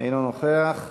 אינו נוכח.